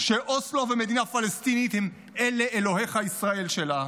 שאוסלו ומדינה פלסטינית הם "אלה אלוהיך ישראל" שלה.